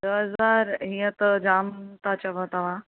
ॾह हज़ार हीअं त जामु था चओ तव्हां